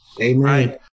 Amen